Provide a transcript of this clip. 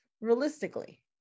realistically